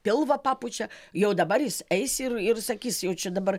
pilvą papučia jau dabar jis eis ir ir sakys jau čia dabar